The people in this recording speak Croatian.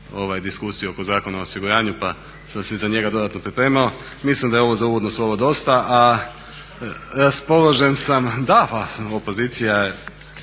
diskusiju oko Zakona o osiguranju pa sam se za njega dodatno pripremao mislim da je ovo za uvodno slovo dosta. A raspoložen sam … /Upadica se